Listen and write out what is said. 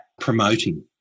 promoting